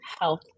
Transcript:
health